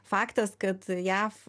faktas kad jav